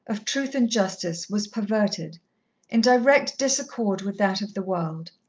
of truth and justice, was perverted in direct disaccord with that of the world.